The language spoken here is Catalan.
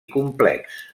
complex